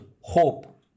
hope